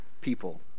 people